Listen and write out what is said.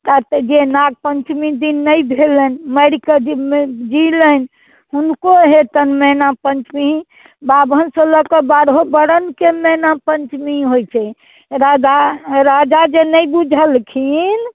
आ तऽ जे नाग पञ्चमी दिन नहि भेलनि मरि कऽ जिलनि हुनको हेतनि मैना पञ्चमी बाभनसँ लऽ कऽ बारहो बरणके मैना पञ्चमी होइत छै राजा राजा जे नहि बुझलखिन